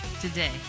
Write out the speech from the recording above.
Today